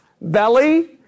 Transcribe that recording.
belly